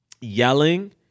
yelling